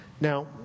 Now